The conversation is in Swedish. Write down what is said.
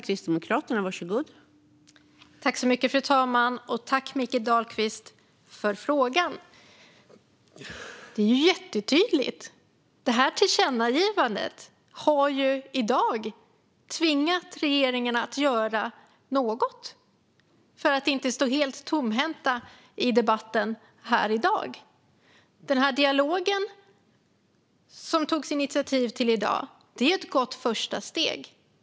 Fru talman! Tack, Mikael Dahlqvist, för frågan! Det är ju jättetydligt. Tillkännagivandet har tvingat regeringen att göra något för att inte stå helt tomhänt i debatten i dag. Den dialog som man tog initiativ till i dag är ett gott första steg.